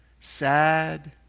sad